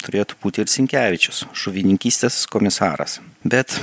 turėtų būti ir sinkevičius žuvininkystės komisaras bet